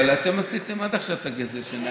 אבל אתם עשיתם עד עכשיו גזל שינה.